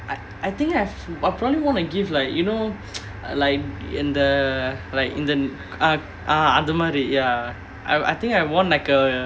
I I think I've I probably won a gift like you know uh like in the like in the uh ah இந்த இந்த அந்த மாறி:intha intha antha maari ya I I think I won like a